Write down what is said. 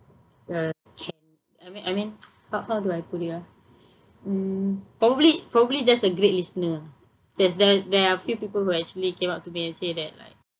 uh I mean I mean how how do I put it ah mm probably probably just a great listener ah there's there there are few people who actually came up to me and say that like